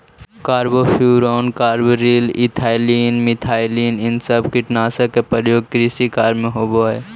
carbofuran, carbaryl, ethylene, methylene इ सब कीटनाशक के प्रयोग कृषि कार्य में होवऽ हई